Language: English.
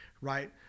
right